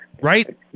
Right